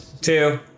two